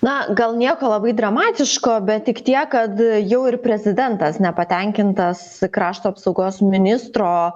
na gal nieko labai dramatiško bet tik tiek kad jau ir prezidentas nepatenkintas krašto apsaugos ministro